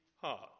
heart